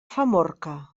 famorca